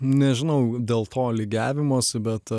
nežinau dėl to lygiavimosi bet